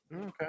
okay